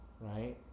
right